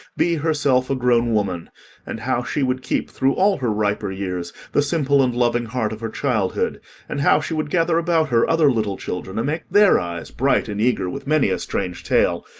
be herself a grown woman and how she would keep, through all her riper years, the simple and loving heart of her childhood and how she would gather about her other little children, and make their eyes bright and eager with many a strange tale,